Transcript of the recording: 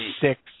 six